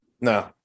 no